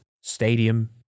stadium